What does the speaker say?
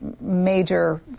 major